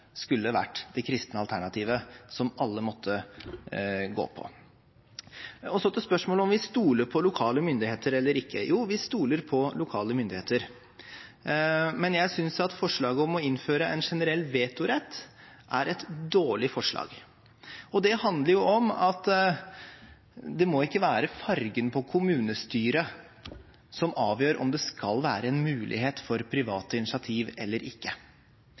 skulle vært det kristne alternativet som alle måtte gå på. Så til spørsmålet om hvorvidt vi stoler på lokale myndigheter eller ikke. Jo, vi stoler på lokale myndigheter, men jeg synes at forslaget om å innføre en generell vetorett er et dårlig forslag. Det handler om at det må ikke være fargen på kommunestyret som avgjør om det skal være en mulighet for private initiativ eller ikke.